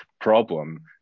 problem